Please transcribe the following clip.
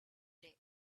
day